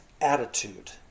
attitude